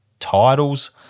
titles